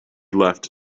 left